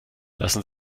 lassen